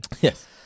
Yes